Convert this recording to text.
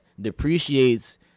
depreciates